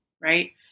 right